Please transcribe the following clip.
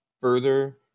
further